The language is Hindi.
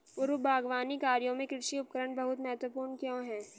पूर्व बागवानी कार्यों में कृषि उपकरण बहुत महत्वपूर्ण क्यों है?